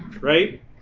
right